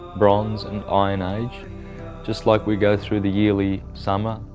bronze and iron age just like we go through the yearly summer,